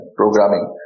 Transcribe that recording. programming